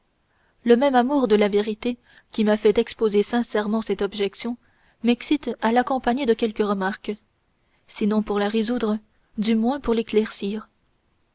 le même amour de la vérité qui m'a fait exposer sincèrement cette objection m'excite à l'accompagner de quelques remarques sinon pour la résoudre au moins pour l'éclaircir